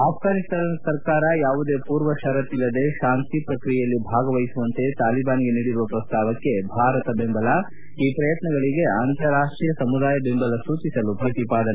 ಆಫ್ವಾನಿಸ್ತಾನ ಸರ್ಕಾರ ಯಾವುದೇ ಪೂರ್ವ ಷರತ್ತಿಲ್ಲದೆ ಶಾಂತಿ ಪ್ರಕ್ರಿಯೆಯಲ್ಲಿ ಭಾಗವಹಿಸುವಂತೆ ತಾಲಿಬಾನ್ಗೆ ನೀಡಿರುವ ಪ್ರಸ್ತಾವಕ್ಕೆ ಭಾರತ ಬೆಂಬಲ ಈ ಪ್ರಯತ್ನಗಳಿಗೆ ಅಂತಾರಾಷ್ಷೀಯ ಸಮುದಾಯ ಬೆಂಬಲ ಸೂಚಿಸಲು ಪ್ರತಿಪಾದನೆ